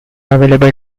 available